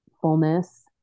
fullness